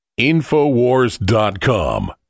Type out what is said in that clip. infowars.com